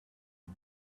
and